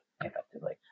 effectively